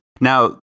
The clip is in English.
Now